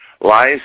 lies